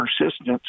persistence